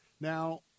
Now